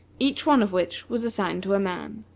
each one of which was assigned to a man.